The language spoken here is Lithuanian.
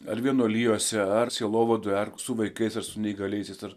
ar vienuolijose ar sielovadoje ark su vaikais ir su neįgaliaisiais ar